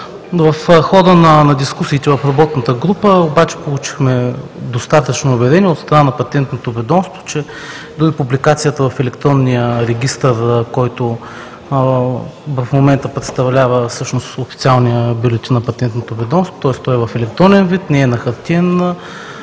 В хода на дискусиите в работната група обаче получихме достатъчно уверение от страна на Патентното ведомство, че дори публикацията в електронния регистър, който в момента представлява официалния бюлетин на Патентното ведомство, тоест той е в електронен вид, не е на хартиен